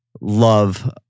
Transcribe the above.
love